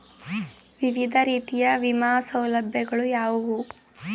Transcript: ವಿವಿಧ ರೀತಿಯ ವಿಮಾ ಸೌಲಭ್ಯಗಳು ಯಾವುವು?